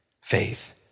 faith